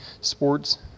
Sports